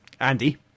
Andy